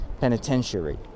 Penitentiary